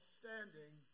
standing